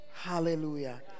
Hallelujah